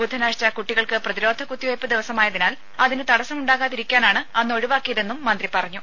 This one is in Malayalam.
ബുധനാഴ്ച്ച കുട്ടികൾക്ക് പ്രതിരോധ കുത്തിവെയ്പ്പ് ദിവസമായതിനാൽ അതിന് തടസമുണ്ടാകാതിരിക്കാനാണ് അന്ന് ഒഴിവാക്കിയതെന്നും മന്ത്രി പറഞ്ഞു